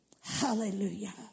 Hallelujah